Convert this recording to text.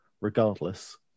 regardless